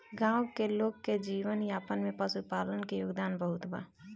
गाँव के लोग के जीवन यापन में पशुपालन के योगदान बहुत बा